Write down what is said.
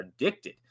addicted